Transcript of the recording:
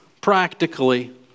practically